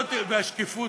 והיות שהשקיפות,